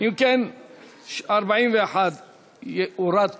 41 יורד כולו.